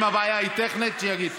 אם הבעיה היא טכנית, שיגיד.